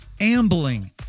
ambling